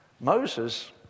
Moses